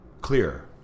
clear